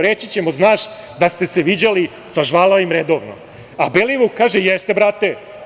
Reći ćemo – znaš da ste se viđali sa žvalavim redovno.“, a Belivuk kaže: „Jeste, brate.